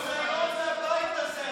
אתה ביזיון לבית הזה.